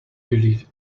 believe